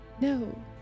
No